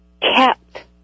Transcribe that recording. kept